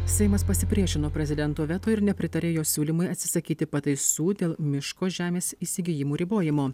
seimas pasipriešino prezidento veto ir nepritarė jo siūlymui atsisakyti pataisų dėl miško žemės įsigijimų ribojimo